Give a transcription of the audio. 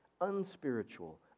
unspiritual